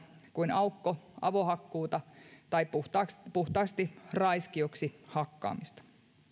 kuin aukko ja avohakkuuta tai puhtaasti puhtaasti raiskioksi hakkaamista